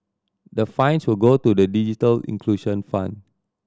the fines will go to the digital inclusion fund